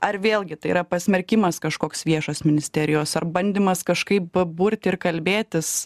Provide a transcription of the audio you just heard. ar vėlgi tai yra pasmerkimas kažkoks viešas ministerijos ar bandymas kažkaip burti ir kalbėtis